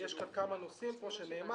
יש כמה נושאים פה שנאמר.